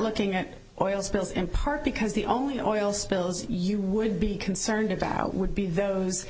looking at oil spills in part because the only oil spills you would be concerned about would be those